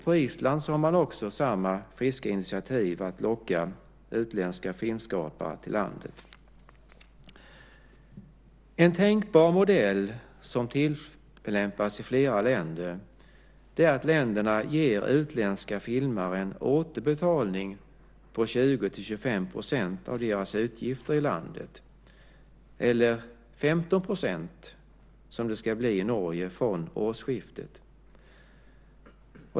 På Island har man samma friska initiativ för att locka utländska filmskapare till landet. En tänkbar modell som tillämpas i flera länder är att länderna ger utländska filmare en återbetalning på 20-25 % av deras utgifter i landet - eller 15 %, som det ska bli i Norge från årsskiftet.